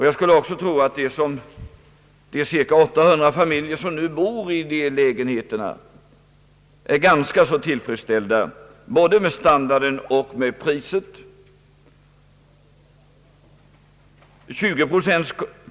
Jag skulle också tro att de cirka 800 familjer som nu bor i dessa lägenheter är ganska tillfredsställda både med standarden och med priset.